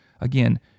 Again